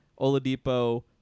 oladipo